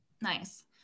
Nice